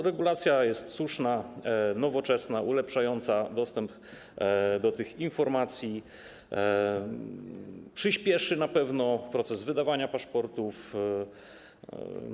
Regulacja jest słuszna, nowoczesna, ulepszająca dostęp do tych informacji, przyspieszy na pewno proces wydawania paszportów.